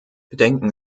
bedenken